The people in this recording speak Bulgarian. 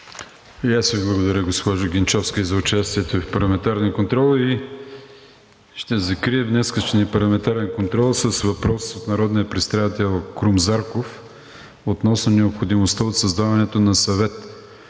аз Ви благодаря, госпожо Генчовска, и за участието Ви в парламентарния контрол. Ще закрия днешния парламентарен контрол с въпрос от народния представител Крум Зарков относно необходимостта от създаването на Съвет